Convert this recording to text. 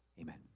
Amen